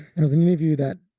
it was an interview that, ah,